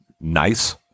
nice